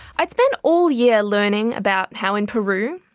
i'd spent all year learning about how in peru,